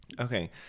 Okay